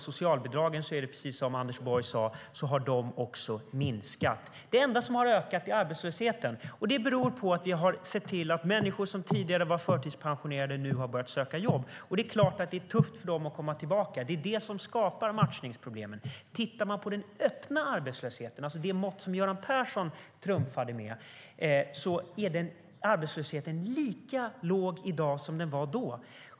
Socialbidragen har, precis som Anders Borg sade, minskat. Det enda som har ökat är arbetslösheten. Det beror på att människor som tidigare var förtidspensionerade har börjat söka jobb. Det är klart att det är tufft för dem att komma tillbaka. Det är det som skapar matchningsproblemen. Den öppna arbetslösheten, det vill säga det mått som Göran Persson trumfade med, är lika låg i dag som då.